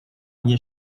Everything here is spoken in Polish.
nie